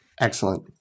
Excellent